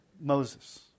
Moses